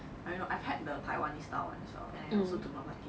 I don't know I've had the taiwanese style [one] also and I also do not like it